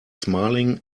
smiling